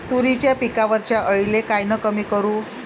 तुरीच्या पिकावरच्या अळीले कायनं कमी करू?